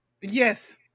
Yes